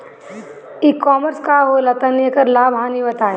ई कॉमर्स का होला तनि एकर लाभ हानि बताई?